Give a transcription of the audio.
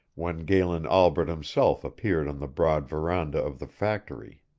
when galen albret himself appeared on the broad veranda of the factory.